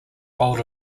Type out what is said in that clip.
hold